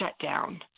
shutdown